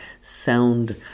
sound